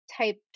type